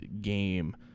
game